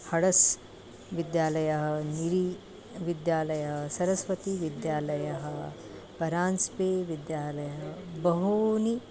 हडस् विद्यालयः निरीविद्यालयः सरस्वतीविद्यालयः परान्स्पे विद्यालयः बहूनि